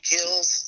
Kills